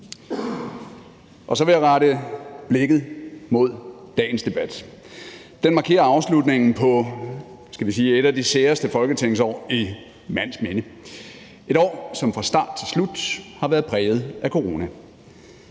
Så vil jeg rette blikket mod dagens debat. Den markerer afslutningen på, skal vi sige et af de særeste folketingsår i mands minde, et år, som fra start til slut har været præget af corona.